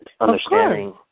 understanding